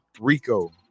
Rico